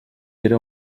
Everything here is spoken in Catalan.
era